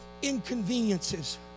inconveniences